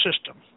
system